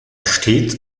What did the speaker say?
steht